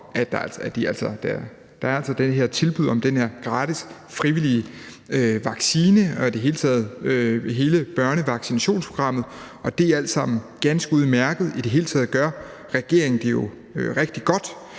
at der altså er det her tilbud om den her gratis frivillige vaccine – og i det hele taget hele børnevaccinationsprogrammet – og det er alt sammen ganske udmærket. I det hele taget gør regeringen det jo rigtig godt,